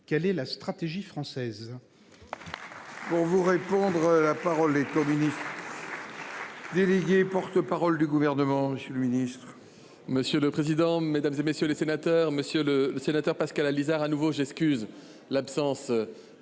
quelle est la stratégie française ?